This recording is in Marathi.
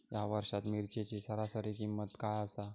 या वर्षात मिरचीची सरासरी किंमत काय आसा?